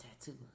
tattoo